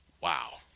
Wow